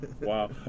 Wow